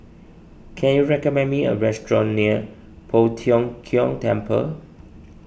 can you recommend me a restaurant near Poh Tiong Kiong Temple